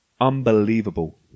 unbelievable